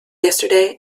yesterday